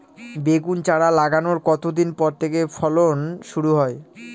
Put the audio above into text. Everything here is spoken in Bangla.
বেগুন চারা লাগানোর কতদিন পর থেকে ফলন শুরু হয়?